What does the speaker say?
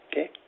okay